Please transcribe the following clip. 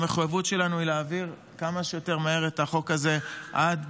המחויבות שלנו היא להעביר כמה שיותר מהר את החוק הזה עד,